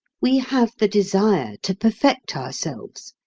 we have the desire to perfect ourselves,